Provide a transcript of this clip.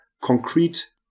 concrete